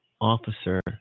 officer